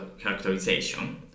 characterization